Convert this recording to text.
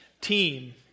Team